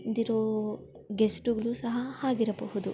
ಬಂದಿರೋ ಗೆಸ್ಟುಗಳು ಸಹ ಆಗಿರಬಹುದು